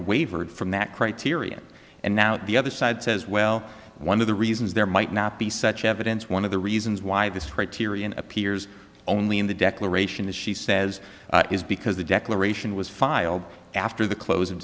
wavered from that criterion and now the other side says well one of the reasons there might not be such evidence one of the reasons why this criterion appears only in the declaration is she says is because the declaration was filed after the clo